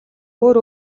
өөр